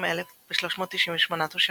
1,720,398 תושבים,